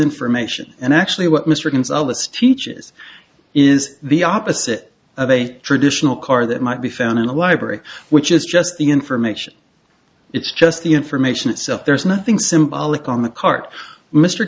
information and actually what mr gonzales teaches is the opposite of a traditional car that might be found in a library which is just the information it's just the information itself there's nothing symbolic on the cart mr